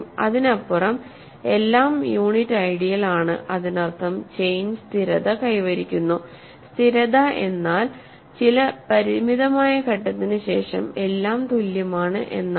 അതിനപ്പുറം എല്ലാം unit ideal ആണ് അതിനർത്ഥം ചെയിൻ സ്ഥിരത കൈവരിക്കുന്നു സ്ഥിരത എന്നാൽ ചില പരിമിതമായ ഘട്ടത്തിനുശേഷം എല്ലാം തുല്യമാണ് എന്നാണ്